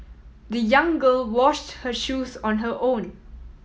the young girl washed her shoes on her own